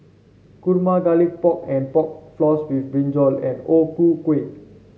kurma Garlic Pork and Pork Floss with brinjal and O Ku Kueh